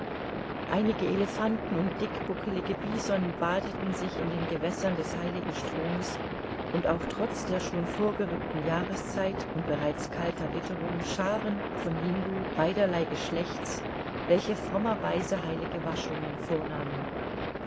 einige elephanten und dickbuckelige bison badeten sich in den gewässern des heiligen stromes und auch trotz der schon vorgerückten jahreszeit und bereits kalter witterung scharen von hindu beiderlei geschlechts welche frommer weise heilige waschungen vornahmen